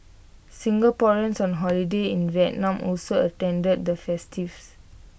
Singaporeans on holiday in Vietnam also attended the festivities